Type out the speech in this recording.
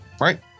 Right